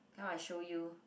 come I show you